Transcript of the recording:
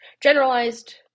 generalized